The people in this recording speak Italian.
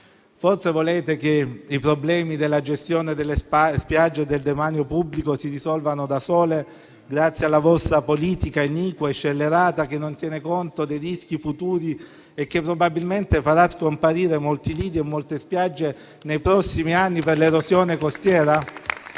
Forse volete che i problemi della gestione delle spiagge del demanio pubblico si risolvano da sole, grazie alla vostra politica iniqua e scellerata, che non tiene conto dei rischi futuri e che probabilmente farà scomparire molti lidi e molte spiagge nei prossimi anni per l'erosione costiera?